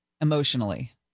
emotionally